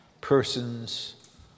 persons